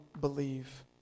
believe